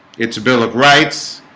it's bill of rights